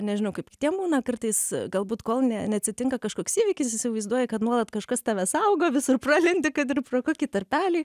nežinau kaip kitiem būna kartais galbūt kol ne neatsitinka kažkoks įvykis įsivaizduoji kad nuolat kažkas tave saugo visur pralendi kad ir pro kokį tarpelį